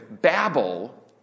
Babel